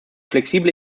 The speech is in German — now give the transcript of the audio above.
flexible